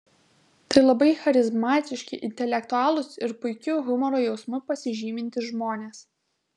tai labai charizmatiški intelektualūs ir puikiu humoro jausmu pasižymintys žmonės